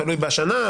תלוי בשנה,